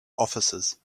officers